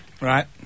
Right